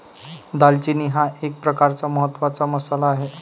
दालचिनी हा एक प्रकारचा महत्त्वाचा मसाला आहे